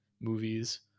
movies